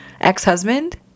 ex-husband